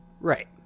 Right